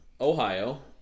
Ohio